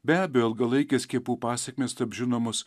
be abejo ilgalaikės skiepų pasekmės taps žinomos